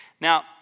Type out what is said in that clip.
Now